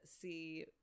see